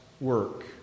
work